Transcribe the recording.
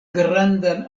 grandan